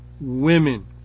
women